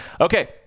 okay